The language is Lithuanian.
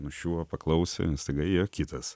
nuščiūva paklausė staiga įėjo kitas